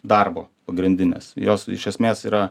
darbo pagrindinės jos iš esmės yra